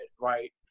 right